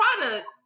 product